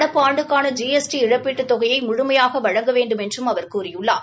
நடப்பு ஆண்டுக்கான G S T இழப்பீட்டுத் தொகையை முழுமையாக வழங்க வேண்டுமென்றும் அவர் கூறியுள்ளார்